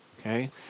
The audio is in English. Okay